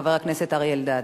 חבר הכנסת אריה אלדד.